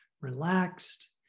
relaxed